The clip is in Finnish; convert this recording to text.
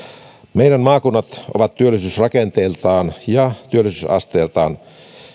meidän maakuntamme ovat työllisyysrakenteeltaan ja työllisyysasteeltaan